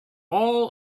all